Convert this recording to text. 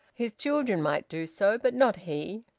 his children might do so but not he.